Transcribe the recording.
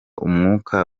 umwuka